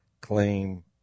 claim